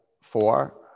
four